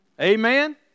amen